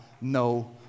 no